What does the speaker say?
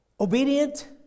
Obedient